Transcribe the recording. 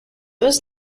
was